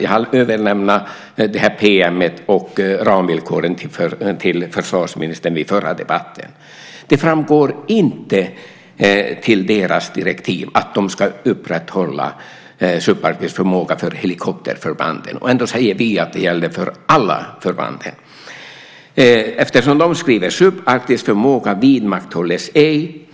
Jag överlämnade detta pm och ramvillkoren till försvarsministern vid den förra debatten. Det framgår inte av deras direktiv att de ska upprätthålla subarktisk förmåga för helikopterförbanden. Ändå säger vi att det gäller för alla förband. Försvarsmakten skriver: "Subarktisk förmåga vidmakthålles ej."